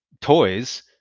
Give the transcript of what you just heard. toys